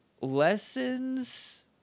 lessons